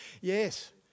yes